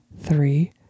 three